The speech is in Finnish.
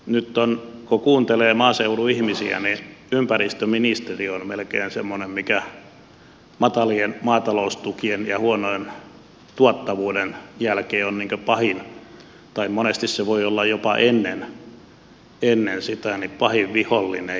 nyt kun kuuntelee maaseudun ihmisiä ympäristöministeriö on melkein semmoinen mikä matalien maataloustukien ja huonon tuottavuuden jälkeen on tai monesti se voi olla jopa ennen niitä pahin vihollinen